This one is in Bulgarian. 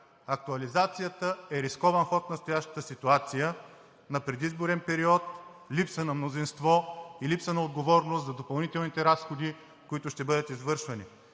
Актуализацията е рискован ход в настоящата ситуация – на предизборен период, липса на мнозинство и липса на отговорност за допълнителните разходи, които ще бъдат извършвани.